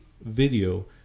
video